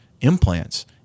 implants